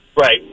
Right